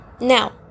Now